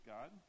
God